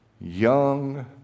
young